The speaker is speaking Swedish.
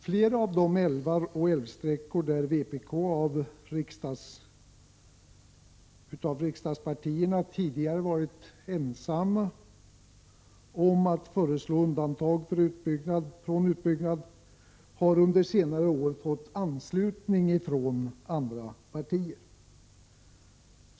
Flera av de älvar och älvsträckor beträffande vilka vpk tidigare varit ensamt bland riksdagspartierna om att föreslå undantagande från utbyggnad har under senare år fått anslutning från andra partier.